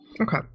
Okay